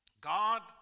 God